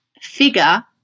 figure